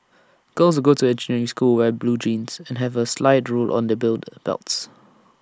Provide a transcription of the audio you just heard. girls go to engineering school wear blue jeans and have A slide rule on their build belts